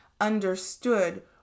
understood